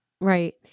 Right